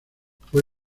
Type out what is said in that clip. fue